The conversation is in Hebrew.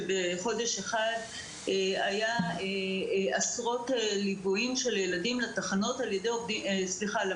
שבחודש אחד היו עשרות ליוויים של ילדים למחסומים